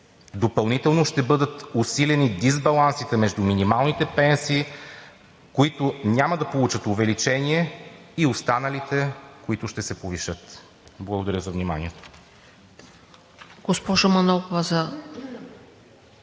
Допълнително ще бъдат усилени дисбалансите между минималните пенсии, които няма да получат увеличение, и останалите, които ще се повишат. Благодаря за вниманието. ПРЕДСЕДАТЕЛ